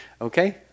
okay